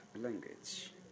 language